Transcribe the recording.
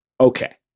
Okay